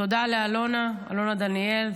תודה לאלונה, לאלונה דניאל.